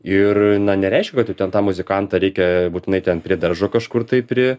ir na nereiškia kad tu ten tą muzikantą reikia būtinai ten prie daržo kažkur tai prie